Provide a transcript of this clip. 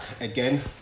again